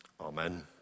Amen